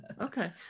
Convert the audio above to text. okay